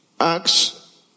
Acts